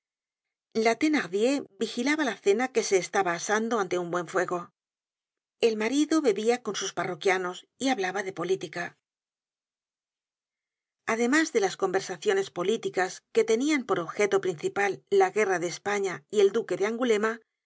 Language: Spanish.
la thenardier vigilaba la cena que se estaba asando ante un buen fuego el marido bebia con sus parroquianos y hablaba de política además de las conversaciones políticas que tenian por objeto principal la guerra de españa y el duque de angulema se